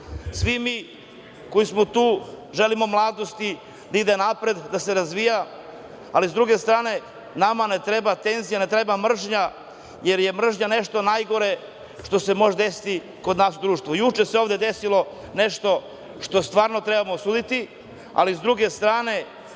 Svi mi koji smo tu želimo mladosti da ide napred, da se razvija. Ali, sa druge strane, nama ne treba tenzija, ne treba mržnja, jer je mržnja nešto najgore što se može desiti kod nas u društvu. Juče se ovde desilo nešto što stvarno trebamo osuditi, ali sa druge strane,